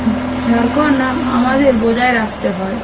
ঝাড়খন্ড আমাদের বজায় রাখতে হয়